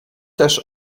też